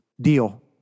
deal